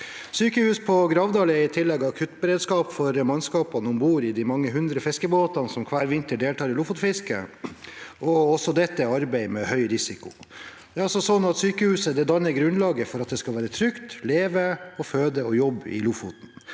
Sykehuset på Gravdal er i tillegg akuttberedskap for mannskapene om bord i de mange hundre fiskebåtene som hver vinter deltar i lofotfisket. Også dette er arbeid med høy risiko. Sykehuset danner grunnlaget for at det skal være trygt å leve, føde og jobbe i Lofoten.